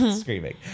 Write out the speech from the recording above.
screaming